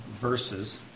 verses